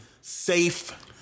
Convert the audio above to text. Safe